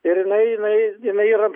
ir jinai jinai jinai yra